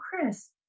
Chris